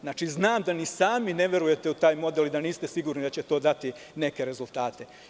Znači, znam da ni sami ne verujete u taj model i da niste sigurni da će to dati neke rezultate.